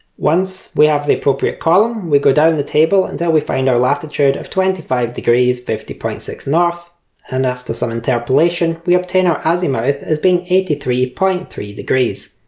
once we have the appropriate column we go down the table until we find our latitude of twenty five degrees, fifty point six north and after some interpolation we obtain our azimuth as being eighty three point three degrees.